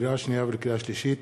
לקריאה שנייה ולקריאה שלישית,